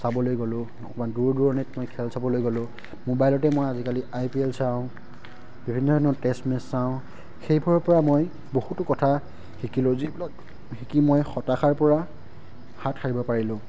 চাবলৈ গ'লোঁ অকমান দূৰ দূৰণিত মই খেল চাবলৈ গ'লোঁ মোবাইলতে মই আজিকালি আই পি এল চাওঁ বিভিন্ন ধৰণৰ টেষ্ট মেচ চাওঁ সেইবোৰৰ পৰা মই বহুতো কথা শিকিলোঁ যিবিলাক শিকি মই হতাশাৰ পৰা হাত সাৰিব পাৰিলোঁ